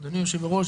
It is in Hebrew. אדוני יושב-הראש,